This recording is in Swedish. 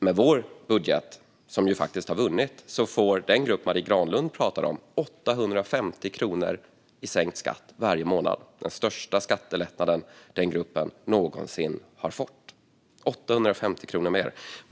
Med vår budget, som ju faktiskt har vunnit, får den grupp Marie Granlund pratar om 850 kronor i sänkt skatt varje månad. Det är den största skattelättnaden den gruppen någonsin har fått: 850 kronor mer!